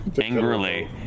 angrily